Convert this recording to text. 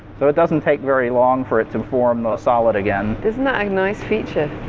so it doesn't take very long for it to form a solid again. isn't that a nice feature?